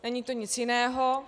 Není to nic jiného.